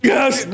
Yes